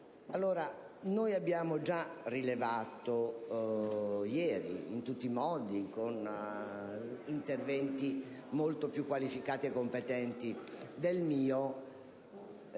Noi abbiamo già rilevato ieri, in tutti i modi e con interventi molto più qualificati e competenti del mio,